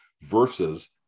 versus